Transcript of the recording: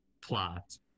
plot